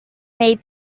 may